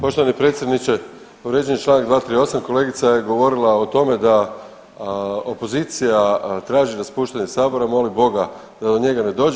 Poštovani predsjedniče povrijeđen je članak 238. kolegica je govorila o tome da opozicija traži raspuštanje Sabora, moli boga da do njega ne dođe.